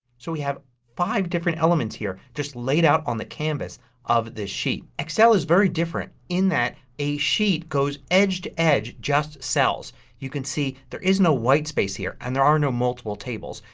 so we have five different elements here just laid out on the canvas of this sheet. excel is very different in that a sheet goes edge to edge just cells. you can see there is no white space and there are no multiple tables.